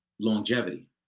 longevity